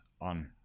on